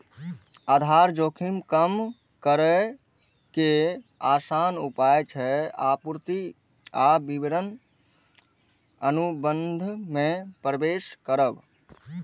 आधार जोखिम कम करै के आसान उपाय छै आपूर्ति आ विपणन अनुबंध मे प्रवेश करब